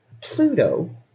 Pluto